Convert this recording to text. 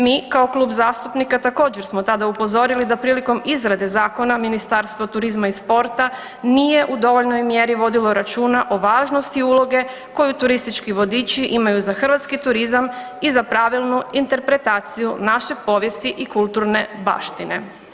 Mi kao klub zastupnika također smo tada upozorili da prilikom izrade zakona Ministarstvo turizma i sporta nije u dovoljnoj mjeri vodilo računa o važnosti uloge koju turistički vodiči imaju za hrvatski turizam i za pravilnu interpretaciju naše povijesti i kulturne baštine.